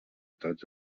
tots